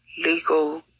legal